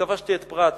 כבשתי את פרת.